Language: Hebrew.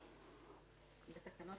בתקנות